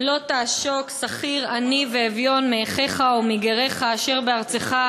"לא תעשֹק שכיר עני ואביון מאחיך או מגרך אשר בארצך,